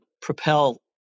Propel